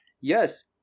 Yes